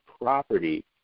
property